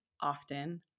often